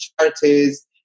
charities